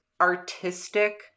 artistic